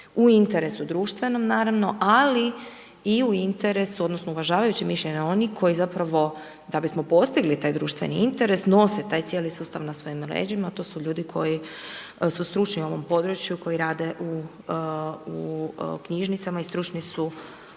U interesu društvenom, naravno, ali i u interesu, odnosno, uvažavajući mišljenje onih koji zapravo da bismo postigli taj društveni interes nosi taj cijeli sustav na sebe na leđima, to su ljudi koji su stručni u ovom području, koji rade u knjižnicama i stručni su